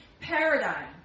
paradigm